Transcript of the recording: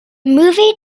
movie